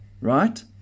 Right